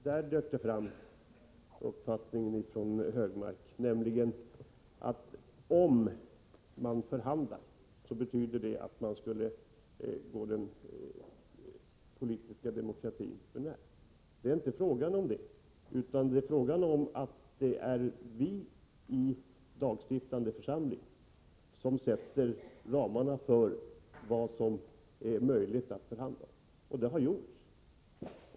Herr talman! Där dök den uppfattningen upp från Högmark. Om man förhandlar skulle det betyda att man träder den politiska demokratin för när. Det är inte fråga om det. Det handlar om att det är vi i den lagstiftande församlingen som sätter ramarna för vad som är möjligt att förhandla om. Detta har skett.